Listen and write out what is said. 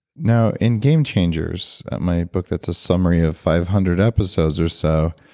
now in game changers, my book that's a summary of five hundred episodes or so,